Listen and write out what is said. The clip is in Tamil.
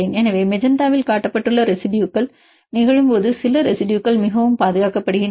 எனவே மெஜந்தாவில் காட்டப் பட்டுள்ள ரெசிடுயுகள் நிகழும்போது சில ரெசிடுயுகள் மிகவும் பாதுகாக்கப் படுகின்றன